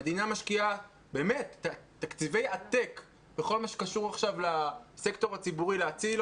המדינה משקיעה באמת תקציבי עתק בכל מה שקשור לסקטור הציבורי כדי להציל.